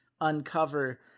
uncover